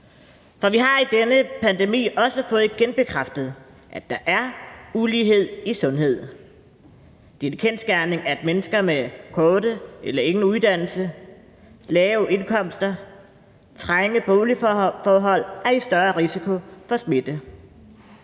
Vi har i denne pandemi også fået genbekræftet, at der er ulighed i sundhed. Det er en kendsgerning, at mennesker med kort eller ingen uddannelse, lave indkomster og trange boligforhold har større risiko for smitte,